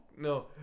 no